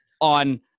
on